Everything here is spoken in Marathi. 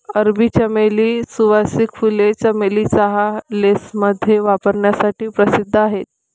अरबी चमेली, सुवासिक फुले, चमेली चहा, लेसमध्ये वापरण्यासाठी प्रसिद्ध आहेत